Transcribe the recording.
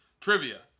Trivia